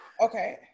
Okay